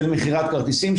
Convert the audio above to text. של מכירת כרטיסים,